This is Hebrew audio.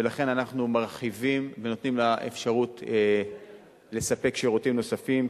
ולכן אנחנו מרחיבים ונותנים לה אפשרות לספק שירותים נוספים,